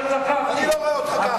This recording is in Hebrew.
אני לא רואה אותך ככה.